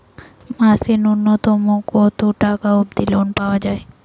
মাসে নূন্যতম কতো টাকা অব্দি লোন পাওয়া যায়?